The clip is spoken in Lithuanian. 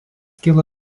kilo